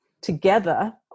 together